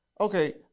okay